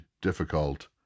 difficult